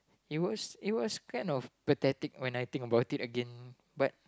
it was it was kind of pathetic when I think about it again but